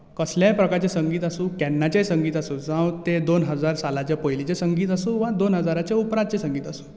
कसलाय प्रकाराचे संगीत आसूं केन्नाचेंय संगीत आसूं जावं तें दोन हजार सालाचें पयलींचें संगीत आसूं वा दोन हजार उपरांतचें संगीत आसूं